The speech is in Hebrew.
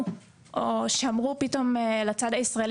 הם קיבלו את האשרה הזאת ולמרות זאת לא נתנו להם לחזור?